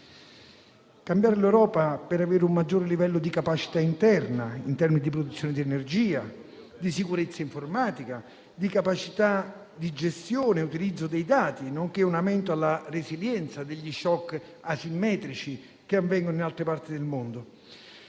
cambiare l'Europa per avere un maggiore livello di capacità interna, in termini di produzione di energia, di sicurezza informatica, di capacità di gestione e utilizzo dei dati, nonché un aumento della resilienza agli *shock* asimmetrici che avvengono in altre parti del mondo.